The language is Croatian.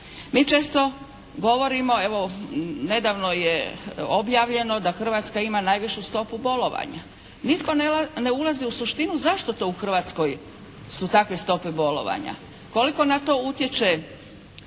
Mi često govorimo, evo nedavno je objavljeno da Hrvatska ima najvišu stopu bolovanja. Nitko ne ulazi u suštinu zašto u Hrvatskoj su takve stope bolovanja, koliko na to utječe